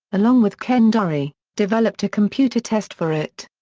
along with ken durre, developed a computer test for it.